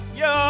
yo